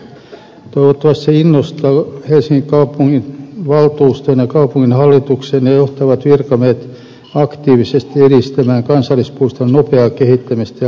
toivottavasti se innostaa helsingin kaupunginvaltuuston ja kaupunginhallituksen ja johtavat virkamiehet aktiivisesti edistämään kansallispuiston nopeaa kehittämistä ja laajentamista